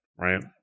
right